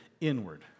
inward